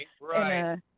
right